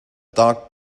dark